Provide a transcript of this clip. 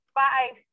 five